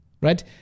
right